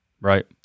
Right